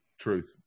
Truth